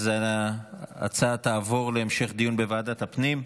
אז ההצעה תעבור להמשך דיון בוועדת הפנים.